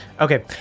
Okay